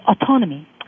autonomy